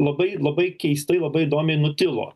labai labai keistai labai įdomiai nutilo